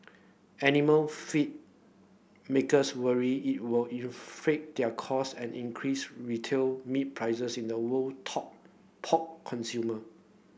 animal feed makers worry it will inflate their cost and increase retail meat prices in the world top pork consumer